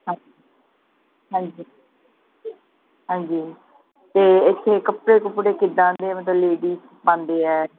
ਅੱਛ ਹਾਂਜੀ ਹਾਂਜੀ ਅਤੇ ਇੱਥੇ ਕੱਪੜੇ ਕੁੱਪੜੇ ਕਿੱਦਾਂ ਦੇ ਮਤਲਬ ਲੇਡੀਜ਼ ਪਾਉਂਦੇ ਹੈ